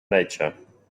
nature